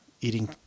eating